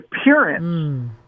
appearance